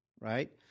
right